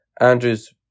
Andrew's